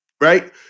right